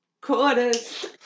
quarters